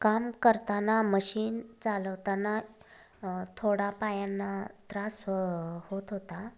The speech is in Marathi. काम करताना मशीन चालवताना थोडा पायांना त्रास होत होता